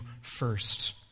first